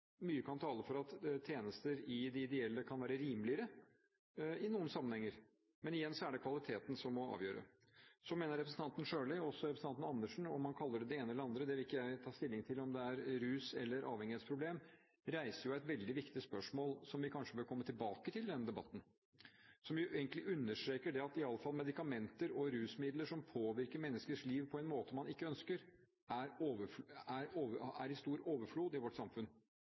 mye kan tale for at tjenester i de ideelle i noen sammenhenger kan være rimeligere, men igjen er det kvaliteten som må avgjøre. Så mener jeg at representanten Sjøli og også representanten Karin Andersen reiser et veldig viktig spørsmål – om man kaller det det ene eller det andre, om det er et rus- eller et avhengighetsproblem, vil jeg ikke ta stilling til – som vi kanskje bør komme tilbake til i denne debatten, og som egentlig understreker at medikamenter og rusmidler som påvirker menneskers liv på en måte man ikke ønsker, iallfall er i stor overflod i vårt samfunn